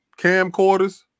camcorders